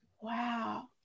Wow